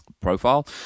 profile